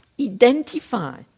identify